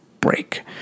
break